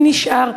מי נשאר,